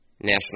national